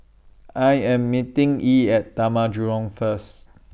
I Am meeting Yee At Taman Jurong First